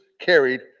carried